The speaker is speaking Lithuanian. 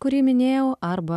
kurį minėjau arba